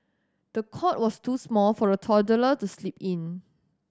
the cot was too small for the toddler to sleep in